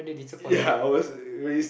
ya I was very